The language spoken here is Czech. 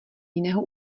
jiného